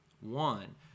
One